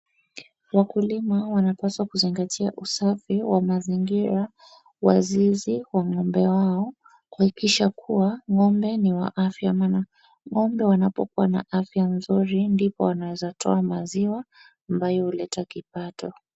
Wakulima wanapaswa kuzingatia usafi wa mazingira wa zizi wa ng'ombe wao , kuhakikisha kuwa ng'ombe ni wa afya maana , ng'ombe wanapokuwa na afya nzuri , ndipo wanaeza toa maziwa ambayo huleta kipato.